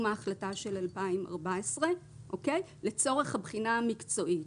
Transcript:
ההחלטה של 2014 לצורך הבחינה המקצועית.